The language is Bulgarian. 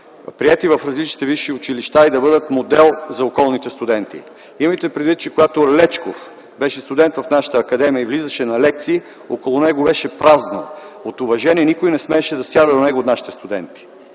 приети в различните висши училища и да бъдат модел за околните студенти. Имайте предвид, че когато Лечков беше студент в нашата академия и влизаше на лекции, около него беше празно. От уважение никой от нашите студенти